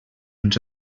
ens